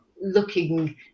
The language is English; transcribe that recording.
looking